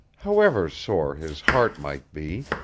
however sore his heart might be.